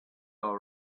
all